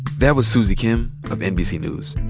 that was suzy khimm of nbc news.